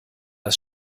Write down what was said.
das